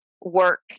work